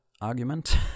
argument